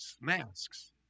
masks